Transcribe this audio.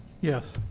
Yes